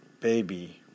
baby